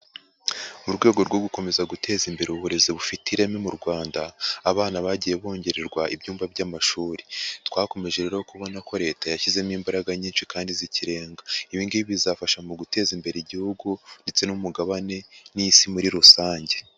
Mu rwego rwo gukomeza guteza imbere uburezi bufite ireme mu Rwanda, abana bagiye bongererwa ibyumba by'amashuri, twakomeje rero kubona ko Leta yashyizemo imbaraga nyinshi kandi z'ikirenga, ibi ngibi bizafasha mu guteza imbere igihugu ndetse n'umugabane n'Isi muri rusange.